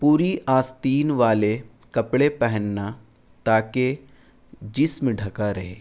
پوری آستین والے کپڑے پہننا تاکہ جسم ڈھکا رہے